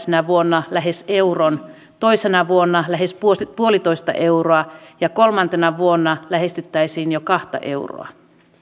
ensimmäisenä vuonna lähes euron toisena vuonna lähes yksi pilkku viisi euroa ja kolmantena vuonna lähestyttäisiin jo kahta euroa